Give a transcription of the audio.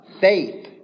faith